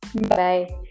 Bye